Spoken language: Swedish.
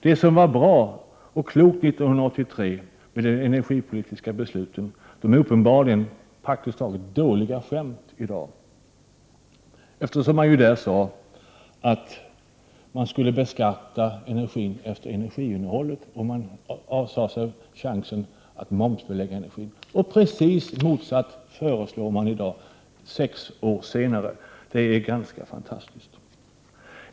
Det som var bra och klokt 1983 i de energipolitiska besluten är uppenbarligen praktiskt taget dåliga skämt i dag, eftersom det i dessa beslut sades att man skulle beskatta energin efter energiinnehållet och avsade möjligheten att momsbelägga energin. I dag, sex år senare, föreslås det rakt motsatta. Det är ganska fantastiskt.